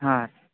ಹಾಂ